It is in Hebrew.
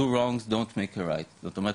"Two wrongs don’t make a right" זאת אומרת